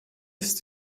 ist